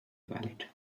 valid